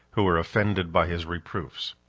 who were offended by his reproofs.